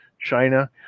China